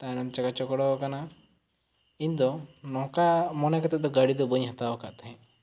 ᱛᱟᱭᱱᱚᱢ ᱪᱟᱠᱟ ᱪᱚᱠᱲᱚᱣ ᱟᱠᱟᱱᱟ ᱤᱧ ᱫᱚ ᱱᱚᱝᱠᱟ ᱢᱚᱱᱮ ᱠᱟᱛᱮ ᱜᱟᱹᱰᱤ ᱫᱚ ᱵᱟᱹᱧ ᱦᱟᱛᱟᱣᱟ ᱟᱠᱟᱫ ᱛᱟᱦᱮᱸ